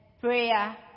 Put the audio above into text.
prayer